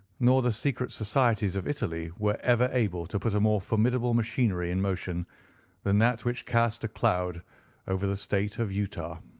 nor the secret societies of italy, were able to put a more formidable machinery in motion than that which cast a cloud over the state of utah.